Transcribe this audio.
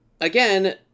again